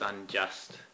unjust